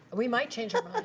we might change our